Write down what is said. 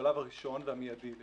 בשלב הראשון והמידי על